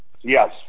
Yes